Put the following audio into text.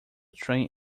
train